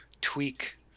tweak